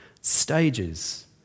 stages